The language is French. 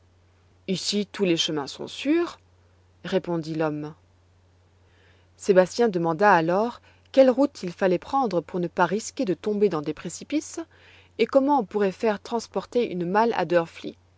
ici tous les chemins sont sûrs répondit l'homme sébastien demanda alors quelle route il fallait prendre pour ne pas risquer de tomber dans des précipices et comment on pourrait faire transporter une malle à